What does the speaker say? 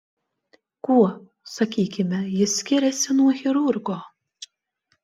kuo sakykime jis skiriasi nuo chirurgo